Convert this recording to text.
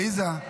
עליזה.